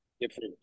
different